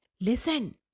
Listen